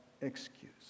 excuse